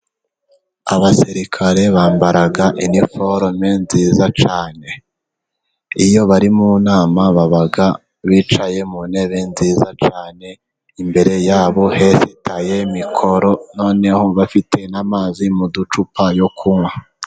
Abasirikare bambara iniforume nziza cyane, iyo bari mu nama baba bicaye mu ntebe nziza cyane, imbere yabo hesitaye mikoro noneho bafite n'amazi mu ducupa yo kunwa.